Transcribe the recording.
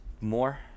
more